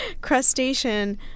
crustacean